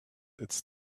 its